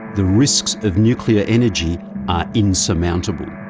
the risks of nuclear energy are insurmountable.